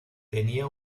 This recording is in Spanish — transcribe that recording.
tenía